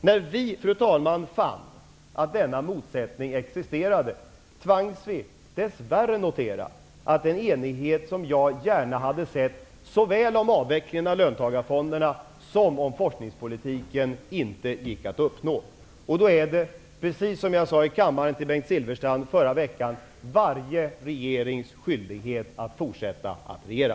När vi, fru talman, fann att denna motsättning existerade, tvangs vi dess värre notera att den enighet som jag gärna hade sett, såväl om avvecklingen av löntagarfonderna som om forskningspolitiken, inte gick att uppnå. Då är det, precis som jag sade i kammaren till Bengt Silfverstrand förra veckan, varje regerings skyldighet att fortsätta att regera.